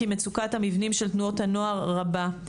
כי מצוקת המבנים של תנועות הנוער רבה,